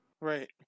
Right